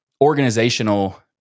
organizational